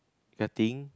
nothing